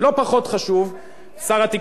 שר התקשורת עשה יחד אתי,